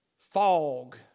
fog